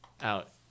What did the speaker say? out